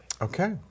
okay